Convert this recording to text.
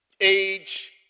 Age